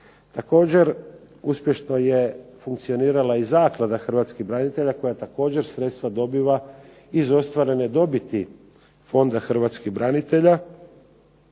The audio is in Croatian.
Također uspješno je funkcionirala i Zaklada hrvatskih branitelja koja također sredstva dobiva iz ostvarene dobiti Fonda hrvatskih branitelja